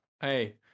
hey